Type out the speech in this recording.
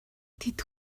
тэд